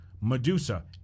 Medusa